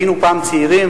היינו פעם צעירים,